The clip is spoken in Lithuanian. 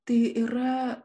tai yra